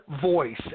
voice